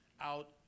out